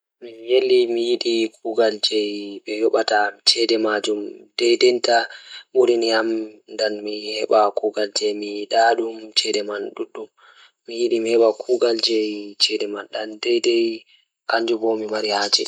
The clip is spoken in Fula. Mi yeli mi yidi So tawii, mi waɗataa jaɓde waɗude job ngoni ko miɗo yimɓe e ɗum kadi miɗo heɓde njam. Ko ndee, Mi waɗataa wiya e nguurndam ngam njiddude fiyaangu.